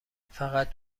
فقط